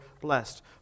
blessed